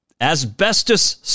asbestos